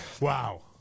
Wow